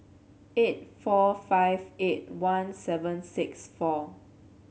eight four five eight one seven six four